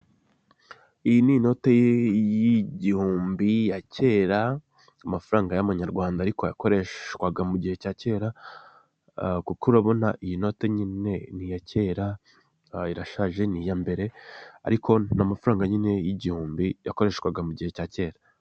Iyi n'inoti y'igihumbi ya kera, amafaranga y'amanyarwanda ariko yakoreshwaga mugihe cya kera kuko urabona iyi note nyine n'iyakera irashaje n'iyambere ariko n'amafaranga nyine y'igihumbi yakoreshwaga mugihe cya kera.